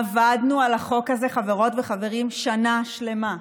עבדנו על החוק הזה, חברות וחברים, שנה שלמה,